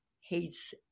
hates